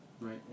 right